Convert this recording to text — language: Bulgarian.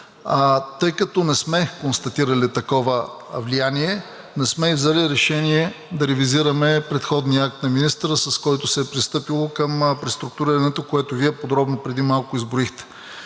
Тъй като не сме констатирали такова влияние, не сме и взели решение да ревизираме предходния акт на министъра, с който се е пристъпило към преструктурирането, което Вие подробно преди малко изброихте.